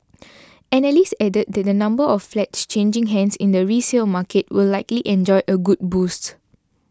analysts added that the number of flats changing hands in the resale market will likely enjoy a good boost